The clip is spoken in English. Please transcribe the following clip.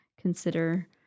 consider